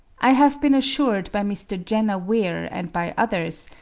i have been assured by mr. jenner weir and by others,